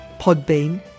Podbean